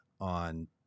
on